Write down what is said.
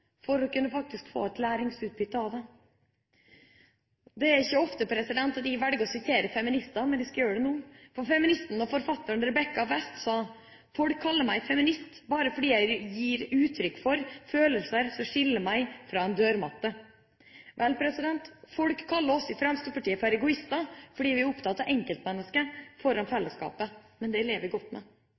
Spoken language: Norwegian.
få læringsutbytte der. Det er ikke ofte at jeg velger å sitere feminister, men jeg skal gjøre det nå. Feministen og forfatteren Rebecca West sa: «Folk kaller meg «feminist» bare fordi jeg gir uttrykk for følelser som skiller meg fra en dørmatte.» Folk kaller oss i Fremskrittspartiet for egoister, fordi vi er opptatt av å sette enkeltmennesker foran fellesskapet. Men det lever vi godt med.